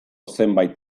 zenbait